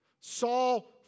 Saul